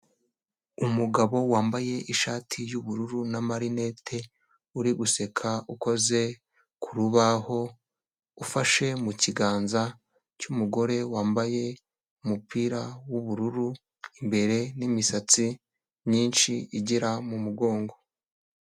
Umugabo wambaye ishati y'ubururu n'amarinete uri guseka ukoze ku rubaho, ufashe mu kiganza cy'umugore wambaye umupira w'ubururu imbere n'imisatsi myinshi igera mu mugongo.